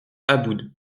aboud